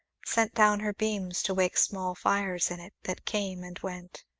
sent down her beams to wake small fires in it, that came and went,